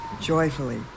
joyfully